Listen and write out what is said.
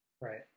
Right